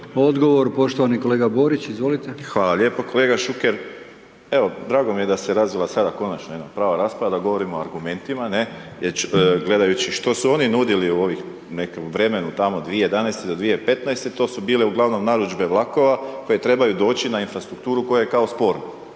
Odgovor poštovani kolega Borić, izvolite. **Borić, Josip (HDZ)** Hvala lijepo kolega Šuker, drago mi je da se razvila, sada konačno jedna prava rasprava, kada govorimo o argumentima, gledajući što su oni nudili u ovih, nekom vremenu tamo 2011.-2015. to su bile ugl. narudžbe vlakova, koje trebaju doći na infrastrukturu koje je kao sporna.